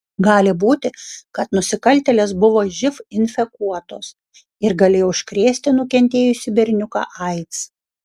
gali būti kad nusikaltėlės buvo živ infekuotos ir galėjo užkrėsti nukentėjusį berniuką aids